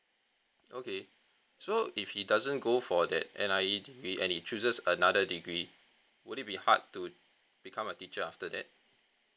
okay so if he doesn't go for that N_I_E degree and he chooses another degree would it be hard to become a teacher after that